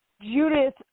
Judith